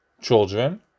children